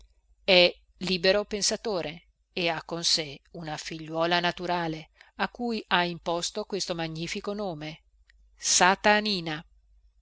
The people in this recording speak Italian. è libero pensatore e ha con sé una figliuola naturale a cui ha imposto questo magnifico nome satanina